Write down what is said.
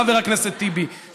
חבר הכנסת טיבי,